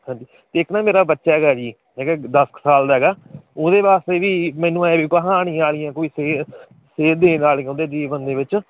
ਹਾਂਜੀ ਇੱਕ ਨਾ ਮੇਰਾ ਬੱਚਾ ਹੈਗਾ ਜੀ ਹੈਗਾ ਦਸ ਕੁ ਸਾਲ ਦਾ ਹੈਗਾ ਉਹਦੇ ਵਾਸਤੇ ਵੀ ਮੈਨੂੰ ਐਂ ਵੀ ਕਹਾਣੀ ਵਾਲੀਆਂ ਕੋਈ ਸੇ ਸੇਧ ਦੇਣ ਵਾਲੀਆਂ ਉਹਦੇ ਜੀਵਨ ਦੇ ਵਿੱਚ